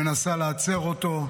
מנסה להצר אותו,